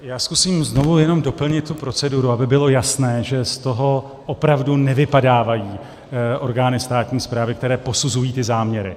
Já zkusím znovu jenom doplnit tu proceduru, aby bylo jasné, že z toho opravdu nevypadávají orgány státní správy, které posuzují ty záměry.